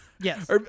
Yes